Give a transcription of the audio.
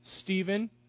Stephen